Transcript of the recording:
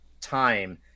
time